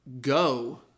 go